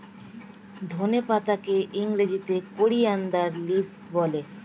ধনে পাতাকে ইংরেজিতে কোরিয়ানদার লিভস বলে